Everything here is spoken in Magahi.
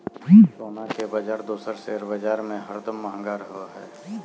सोना के बाजार दोसर शेयर बाजार से हरदम महंगा रहो हय